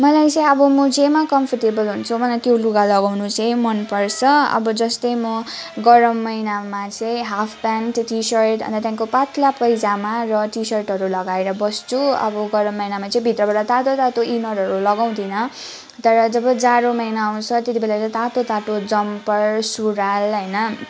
मलाई चाहिँ अब म जेमा कम्फोर्टेबल हुन्छु मलाई त्यो लुगा लगाउनु चाहिँ मन पर्छ अब जस्तै म गरम महिनामा चाहिँ हाफ पेन्ट टी सर्ट अन्त त्यहाँदेखिको पातला पाइजामा र टी सर्टहरू लगाएर बस्छु अब गरम महिना चाहिँ भित्रबाट तातो तातो इनरहरू लगाउँदिन तर जब जाडो महिना आउँछ त्यति बेला चाहिँ तातो तातो जम्पर सुरुवाल होइन